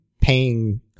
paying